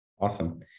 Awesome